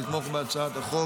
ומבקש לתמוך בהצעת החוק.